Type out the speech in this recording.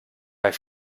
bei